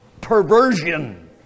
perversion